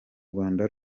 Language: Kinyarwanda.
rwanda